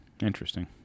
Interesting